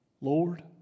Lord